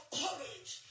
courage